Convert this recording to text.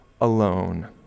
alone